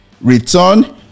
return